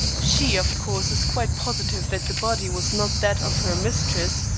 she, of course, is quite positive that the body was not that of her mistress,